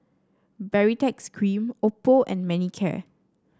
Baritex Cream Oppo and Manicare